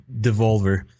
Devolver